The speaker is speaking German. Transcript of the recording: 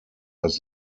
als